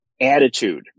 Attitude